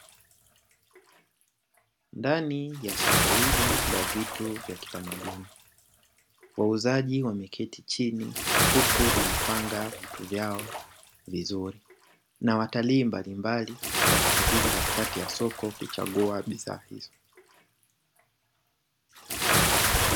Ndani ya soko hili la vitu vya kitamaduni wauzaji wameketi chini, huku wamepanga vitu vyao vizuri na watalii mbali mbali wakikatiza katikati ya soko kuchagua bidhaa hizo.